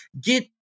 get